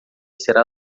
será